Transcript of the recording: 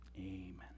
Amen